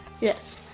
Yes